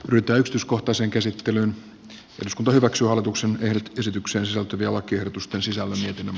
vitostyskohtaiseen käsittelyyn jos kunto hyväksu hallituksen esitykseen sisältyviä lakiehdotusten sisävesien